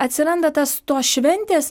atsiranda tas tos šventės